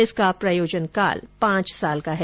इसका प्रयोजन काल पांच वर्ष का है